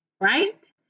Right